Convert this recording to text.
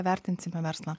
vertinsime verslą